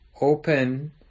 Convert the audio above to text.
open